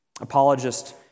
Apologist